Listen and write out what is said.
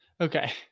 Okay